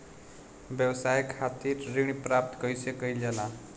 व्यवसाय खातिर ऋण प्राप्त कइसे कइल जाला?